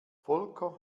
volker